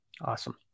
Awesome